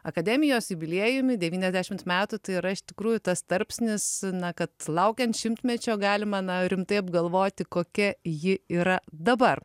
akademijos jubiliejumi devyniasdešimt metų tai yra iš tikrųjų tas tarpsnis na kad laukiant šimtmečio galima na rimtai apgalvoti kokia ji yra dabar